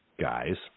guys